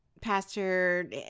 Pastor